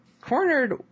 cornered